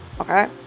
okay